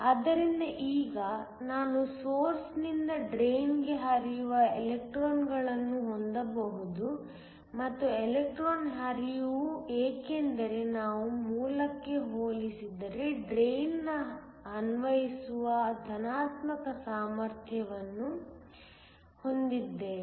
ಆದ್ದರಿಂದ ಈಗ ನಾನು ಸೊರ್ಸ್ ನಿಂದ ಡ್ರೈನ್ಗೆ ಹರಿಯುವ ಎಲೆಕ್ಟ್ರಾನ್ಗಳನ್ನು ಹೊಂದಬಹುದು ಮತ್ತು ಎಲೆಕ್ಟ್ರಾನ್ ಹರಿವು ಏಕೆಂದರೆ ನಾವು ಮೂಲಕ್ಕೆ ಹೋಲಿಸಿದರೆ ಡ್ರೈನ್ಗೆ ಅನ್ವಯಿಸುವ ಧನಾತ್ಮಕ ಸಾಮರ್ಥ್ಯವನ್ನು ಹೊಂದಿದ್ದೇವೆ